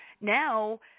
Now